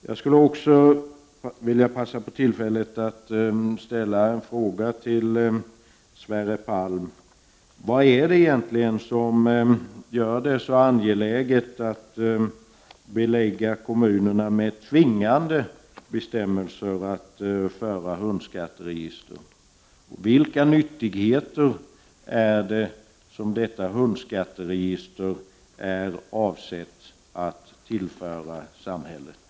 Jag skulle också vilja passa på tillfället att ställa en fråga till Sverre Palm: Vad är det egentligen som gör det så angeläget att belägga kommunerna med tvingande bestämmelser att föra hundskatteregister? Vilka nyttigheter är det som detta hundskatteregister är avsett att tillföra samhället?